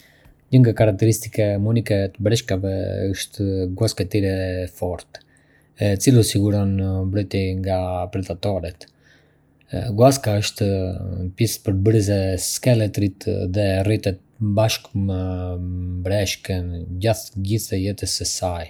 Një nga karateristike më unike të breshkave është guaska e tyre e fortë, e cila u siguron mbrojtje nga predatoret. Guaska është pjesë përbërëse e skeletit dhe rritet bashkë me breshkën gjatë gjithë jetës së saj.